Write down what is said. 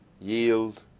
yield